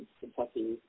Kentucky